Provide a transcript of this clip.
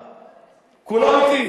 השתכנענו.